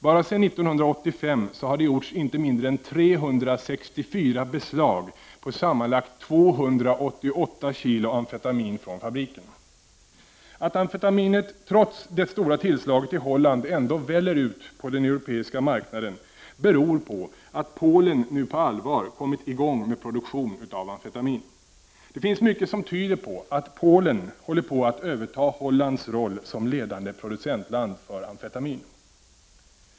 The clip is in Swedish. Bara sedan 1985 har det gjorts inte mindre än 364 beslag på sammanlagt 288 kg amfetamin från fabriken. Att amfetaminet trots det stora tillslaget i Holland ändå väller ut över Europa i enorma mängder beror på att Polen nu på allvar kommit i gång med produktion av amfetamin. Det finns mycket som tyder på att Polen håller på att överta Hollands roll som ledande producentland för amfetamin.